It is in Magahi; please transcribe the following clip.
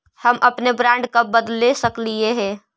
हम अपने बॉन्ड कब बदले सकलियई हे